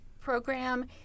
program